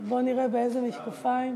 בואו נראה באילו משקפיים.